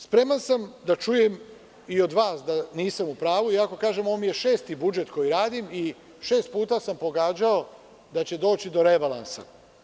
Spreman sam da čujem i od vas da nisam u pravu, iako kažem da je ovo šesti budžet koji radim, i šest puta sam pogađao da će doći do rebalansa.